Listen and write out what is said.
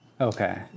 okay